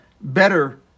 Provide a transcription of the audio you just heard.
better